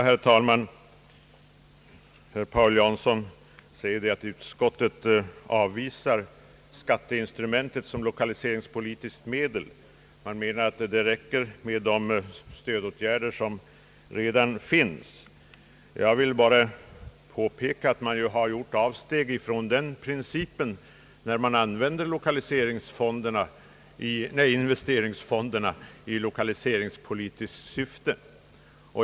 Herr talman! Herr Paul Jansson framhåller här, att utskottet avvisar skatteinstrumentet som ett lokalise ringspolitiskt medel och menar att det räcker med de stödåtgärder, som redan finns. Jag vill bara påpeka, att man ju har gjort avsteg från denna princip, när man har använt investeringsfonder i lokaliseringspolitiskt syfte.